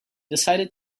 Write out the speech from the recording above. decided